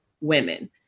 women